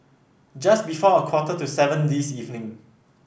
just before a quarter to seven this evening